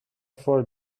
for